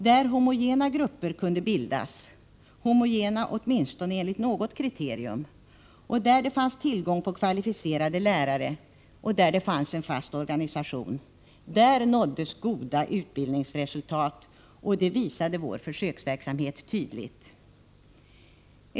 Där homogena grupper kunde bildas — homogena vad gäller åtminstone något kriterium —, där man hade tillgång till kvalificerade lärare och där det fanns en fast organisation nåddes goda utbildningsresultat. Det visade vår försöksverksamhet tydligt.